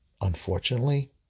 unfortunately